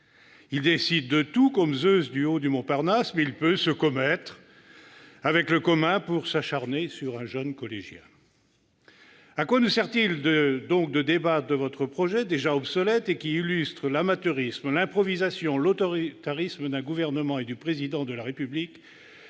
Il décide de tout, comme Zeus, du haut du mont Parnasse, mais il peut se commettre avec le commun pour s'acharner sur un jeune collégien. À quoi nous sert-il donc de débattre de votre projet déjà obsolète et qui illustre l'amateurisme, l'improvisation, l'autoritarisme d'un gouvernement et du Président de la République